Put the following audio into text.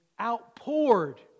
outpoured